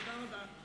תודה רבה.